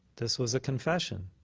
this was a confession.